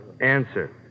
Answer